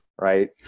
Right